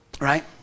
Right